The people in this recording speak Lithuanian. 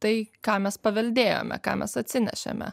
tai ką mes paveldėjome ką mes atsinešėme